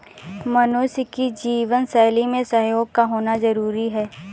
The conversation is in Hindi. मनुष्य की जीवन शैली में सहयोग का होना जरुरी है